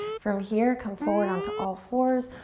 from here come forward onto all fours.